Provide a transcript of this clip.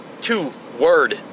Two-word